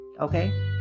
Okay